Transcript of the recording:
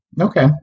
Okay